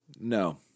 No